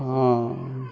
ହଁ